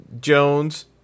Jones